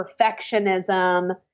perfectionism